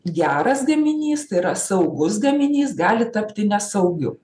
geras gaminys tai yra saugus gaminys gali tapti nesaugiu